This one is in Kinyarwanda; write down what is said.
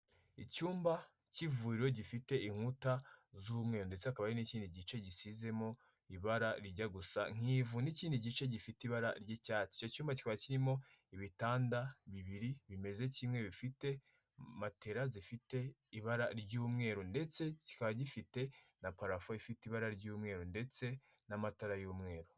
Icyumba cy'ivuriro gifite inkuta z’umweru ndetse akakaba n'ikindi gice gisizemo ibara rijya gusa nk’ivu n'ikindi gice gifite ibara ry'icyatsi icyo cyumba kikaba kirimo ibitanda bibiri bimeze kimwe bifite matera zifite ibara ry'umweru ndetse kikaba gifite na parafu ifite ibara ry'umweru ndetse n'amatara y'umweru.